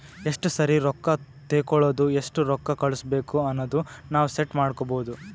ಎಸ್ಟ ಸರಿ ರೊಕ್ಕಾ ತೇಕೊಳದು ಎಸ್ಟ್ ರೊಕ್ಕಾ ಕಳುಸ್ಬೇಕ್ ಅನದು ನಾವ್ ಸೆಟ್ ಮಾಡ್ಕೊಬೋದು